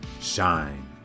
shine